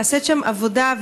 נעשית שם עבודה,